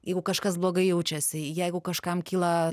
jeigu kažkas blogai jaučiasi jeigu kažkam kyla